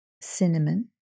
cinnamon